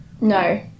No